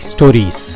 Stories